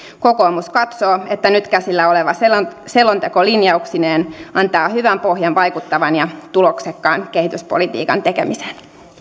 kokoomus katsoo että nyt käsillä oleva selonteko linjauksineen antaa hyvän pohjan vaikuttavan ja tuloksekkaan kehityspolitiikan tekemiseen